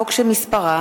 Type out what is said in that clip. זאב בילסקי,